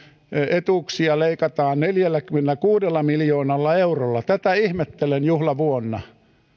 etuuksia leikataan neljälläkymmenelläkuudella miljoonalla eurolla tätä ihmettelen juhlavuonna